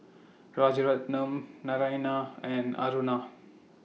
Rajaratnam Naraina and Aruna